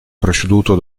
preceduto